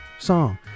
Song